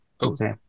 okay